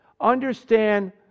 understand